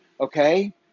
okay